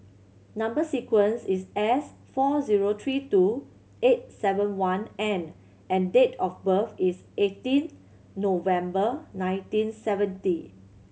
number sequence is S four zero three two eight seven one N and date of birth is eighteen November nineteen seventy